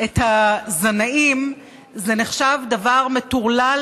את הזנאים זה נחשב דבר מטורלל,